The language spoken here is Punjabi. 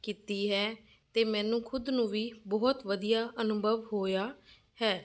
ਕੀਤੀ ਹੈ ਅਤੇ ਮੈਨੂੰ ਖੁਦ ਨੂੰ ਵੀ ਬਹੁਤ ਵਧੀਆ ਅਨੁਭਵ ਹੋਇਆ ਹੈ